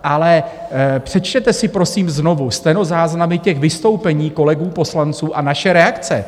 Ale přečtěte si prosím znovu stenozáznamy těch vystoupení kolegů poslanců a naše reakce.